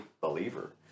believer